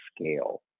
scale